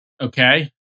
Okay